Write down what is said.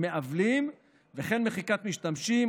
מעוולים וכן מחיקת משתמשים,